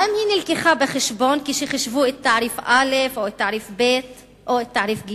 האם היא נלקחה בחשבון כשחישבו את תעריף א' או תעריף ב' או את תעריף ג'?